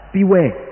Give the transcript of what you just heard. beware